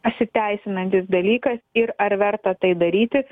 pasiteisinantis dalykas ir ar verta tai daryti